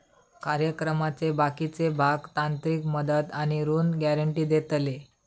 कार्यक्रमाचे बाकीचे भाग तांत्रिक मदत आणि ऋण गॅरेंटी देतले